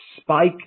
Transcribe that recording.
spike